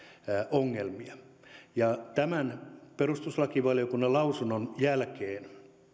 ongelmia ja tämän perustuslakivaliokunnan lausunnon jälkeen